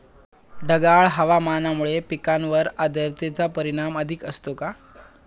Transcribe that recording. ढगाळ हवामानामुळे पिकांवर आर्द्रतेचे परिणाम अधिक असतो का?